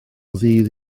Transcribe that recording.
ddydd